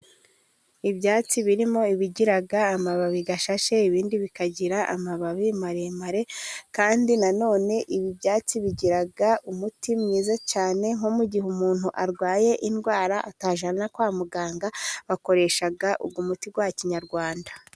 Ibyatsi birimo ibigira amababi ashashe ibindi bikagira amababi maremare, kandi nanone ibi byatsi bigira umuti mwiza cyane nko mu gihe umuntu arwaye indwara atajyana kwa muganga bakoresha uwo muti wa Kinyarwanda.